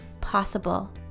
possible